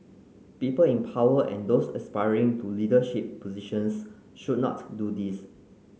people in power and those aspiring to leadership positions should not do this